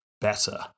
better